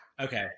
Okay